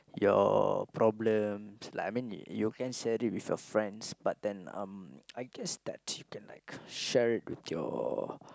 your problems like I mean you can say it with your friends but then um I guess that you can like share it with your